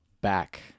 back